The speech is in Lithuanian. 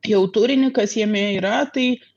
jau turinį kas jame yra tai